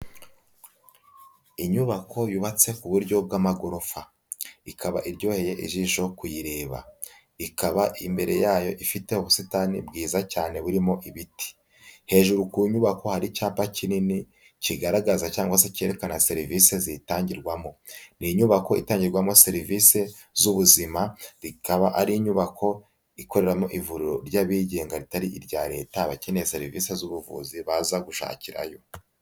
Inyubako yubatse ku buryo bw'amagorofa, ikaba iryoheye ijisho kuyireba, ikaba imbere yayo ifite ubusitani bwiza cyane burimo ibiti, hejuru ku nyubako hari icyapa kinini kigaragaza cyangwa se cyerekana serivisi ziyitangirwamo. Ni inyubako itangirwamo serivisi z'ubuzima, ikaba ari inyubako ikoreramo ivuriro ry'abigenga ritari irya leta abakeneye serivisi z'ubuvuzi baza gushakirayo.